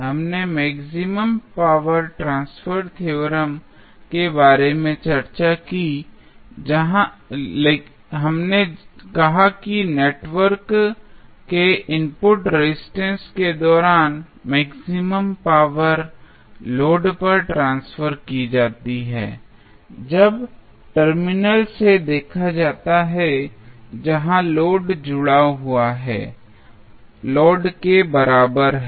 हमने maximum power transfer theorem के बारे में चर्चा की हमने कहा कि नेटवर्क के इनपुट रेजिस्टेंस के दौरान मैक्सिमम पावर लोड पर ट्रांसफर की जाती है जब टर्मिनल से देखा जाता है जहां लोड जुड़ा हुआ है लोड के बराबर है